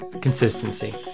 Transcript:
consistency